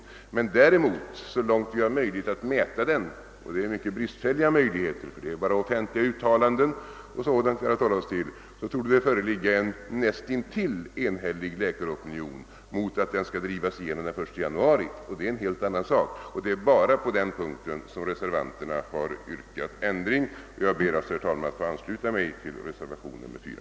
Däremot torde det, så långt vi har möjlighet att mäta den — och möjligheterna är bristfälliga, ty det är bara offentliga uttalanden o. d. vi har att hålla oss till — föreligga en näst intill enhällig läkaropinion mot att reformen skall drivas igenom till den 1 januari. Men det är en helt annan sak. Det är bara på den punkten som reservanterna har yrkat på ändring. Jag ber, herr talman, att få ansluta mig till reservationen 4.